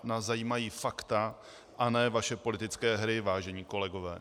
Nás zajímají fakta a ne vaše politické hry, vážení kolegové.